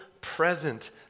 present